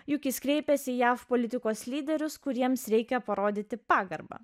juk jis kreipėsi į jav politikos lyderius kuriems reikia parodyti pagarbą